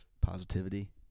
positivity